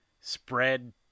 spread